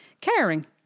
Caring